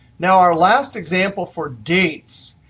now our last example for dates,